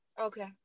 Okay